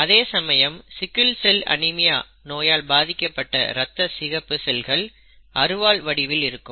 அதே சமயம் sickle cell anaemia நோயால் தாக்கப்பட்ட ரத்த சிகப்பு செல்கள் அருவாள் வடிவில் இருக்கும்